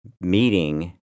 meeting